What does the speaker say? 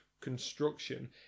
construction